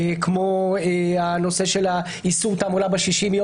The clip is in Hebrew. אני חושב ששמה פחות הבעיה,